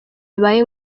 bibaye